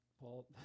Paul